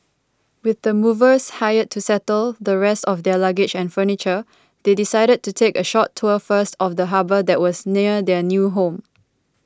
with the movers hired to settle the rest of their luggage and furniture they decided to take a short tour first of the harbour that was near their new home